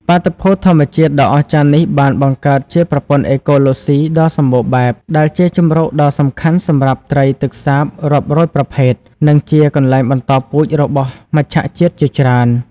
បាតុភូតធម្មជាតិដ៏អស្ចារ្យនេះបានបង្កើតជាប្រព័ន្ធអេកូឡូស៊ីដ៏សម្បូរបែប ដែលជាជម្រកដ៏សំខាន់សម្រាប់ត្រីទឹកសាបរាប់រយប្រភេទ និងជាកន្លែងបន្តពូជរបស់មច្ឆជាតិជាច្រើន។